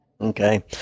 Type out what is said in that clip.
Okay